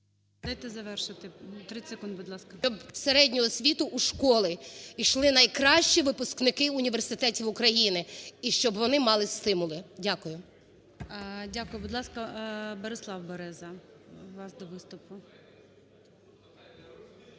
Дайте завершити, 30 секунд, будь ласка. ПОДОЛЯК І.І. …щоб у середню освіту в школи йшли найкращі випускники університетів України, і щоб вони мали стимули. Дякую. ГОЛОВУЮЧИЙ. Дякую. Будь ласка, Борислав Береза, вас до виступу.